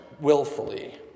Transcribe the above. willfully